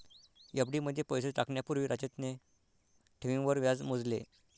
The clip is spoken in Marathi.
एफ.डी मध्ये पैसे टाकण्या पूर्वी राजतने ठेवींवर व्याज मोजले